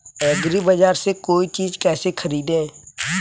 एग्रीबाजार से कोई चीज केसे खरीदें?